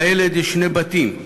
לילד יש שני בתים,